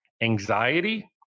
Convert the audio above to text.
anxiety